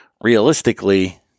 realistically